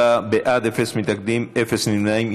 24 בעד, אפס מתנגדים, אפס נמנעים.